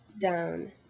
down